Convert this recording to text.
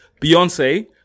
Beyonce